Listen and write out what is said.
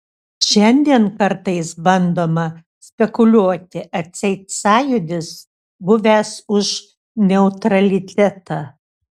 šiandien kartais bandoma spekuliuoti atseit sąjūdis buvęs už neutralitetą